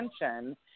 attention